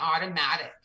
automatic